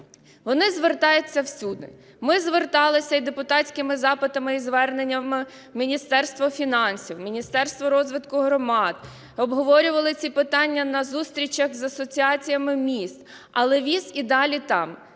Вони звертаються всюди. Ми зверталися і депутатськими запитами, і зверненнями в Міністерство фінансів, в Міністерство розвитку громад, обговорювали ці питання на зустрічах з Асоціацією міст, але віз і далі там.